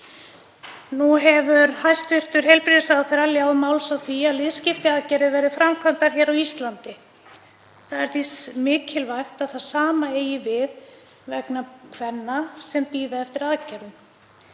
Nú hefur hæstv. heilbrigðisráðherra léð máls á því að liðskiptaaðgerðir verði framkvæmdar hér á Íslandi. Það er mikilvægt að það sama eigi við vegna kvenna sem bíða eftir aðgerðum.